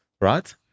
right